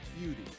beauty